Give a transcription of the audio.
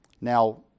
Now